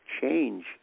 change